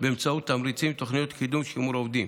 באמצעות תמריצים ותוכניות קידום ושימור עובדים.